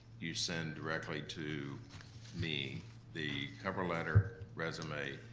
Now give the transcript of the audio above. you send directly to me the cover letter, resume,